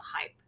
hype